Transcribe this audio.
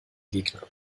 gegner